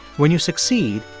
when you succeed,